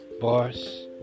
boss